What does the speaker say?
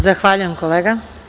Zahvaljujem kolega.